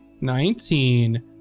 Nineteen